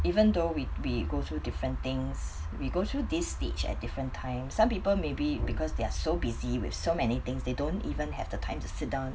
even though we'd we go through different things we go through this stage at different time some people maybe because they are so busy with so many things they don't even have the time to sit down